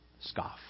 scoff